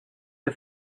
you